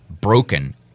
broken